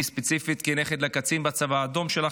אני ספציפית כנכד לקצין שלחם בצבא האדום,